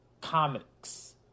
comics